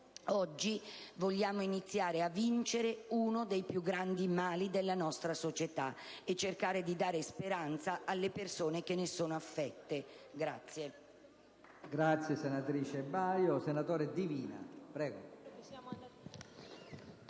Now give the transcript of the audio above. Oggi vogliamo iniziare a vincere uno dei più grandi mali della nostra società e cercare di dare speranza alle persone che ne sono affette.